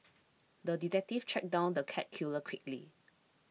the detective tracked down the cat killer quickly